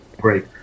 great